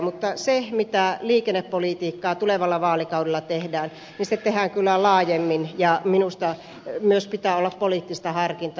mutta se mitä liikennepolitiikkaa tulevalla vaalikaudella tehdään tehdään kyllä laajemmin ja minusta siinä pitää myös olla poliittista harkintaa